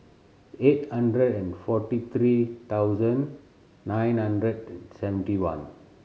eight hundred and forty three thousand nine hundred and seventy one